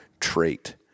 trait